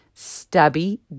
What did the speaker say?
Stubby